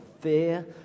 fear